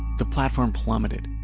the platform plummeted,